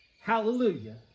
Hallelujah